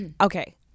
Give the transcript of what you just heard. Okay